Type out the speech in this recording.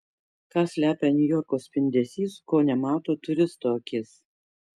ką slepia niujorko spindesys ko nemato turisto akis